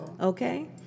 Okay